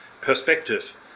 perspective